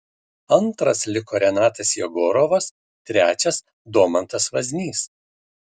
antras liko renatas jegorovas trečias domantas vaznys